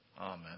Amen